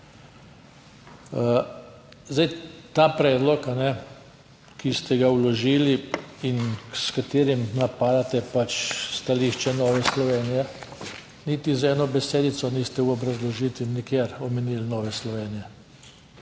Ta predlog, ki ste ga vložili in s katerim napadate pač stališče Nove Slovenije, niti z eno besedico niste v obrazložitvi nikjer omenili Nove Slovenije,